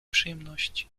przyjemności